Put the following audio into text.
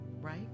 right